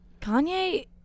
Kanye